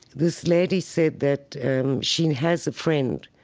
this lady said that she has a friend,